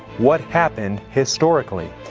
what happened historically?